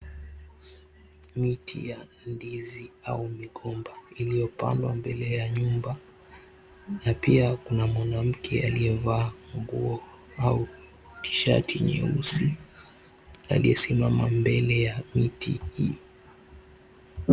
Miti ya ndizi au migomba, iliyopandwa mbele ya nyumba na pia kuna mwanamke aliye vaa nguo au tishati nyeusi aliyesimama mbele ya miti hii.